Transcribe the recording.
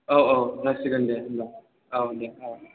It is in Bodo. औ औ जासिगोन दे होनबा औ दे औ